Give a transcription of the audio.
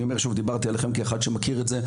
אני אומר את זה כאחד שמכיר את זה,